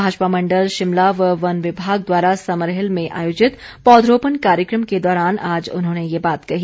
भाजपा मंडल शिमला व वन विभाग द्वारा समरहिल में आयोजित पौधरोपण कार्यक्रम के दौरान आज उन्होंने ये बात कही